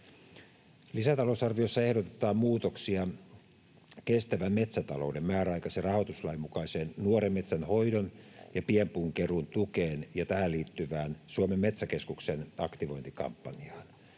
Lisätalousarviossa ehdotetaan muutoksia kestävän metsätalouden määräaikaisen rahoituslain mukaiseen nuoren metsän hoidon ja pienpuun keruun tukeen ja tähän liittyvään Suomen metsäkeskuksen aktivointikampanjaan.